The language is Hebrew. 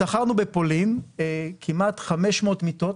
שכרנו בפולין כמעט 500 מיטות